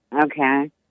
Okay